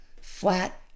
flat